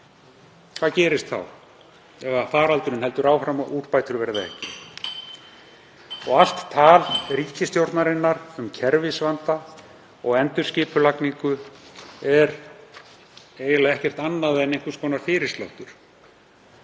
Hvað gerist ef faraldurinn heldur áfram og úrbætur verða ekki? Allt tal ríkisstjórnarinnar um kerfisvanda og endurskipulagningu er eiginlega ekkert annað en einhvers konar fyrirsláttur.